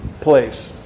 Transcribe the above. place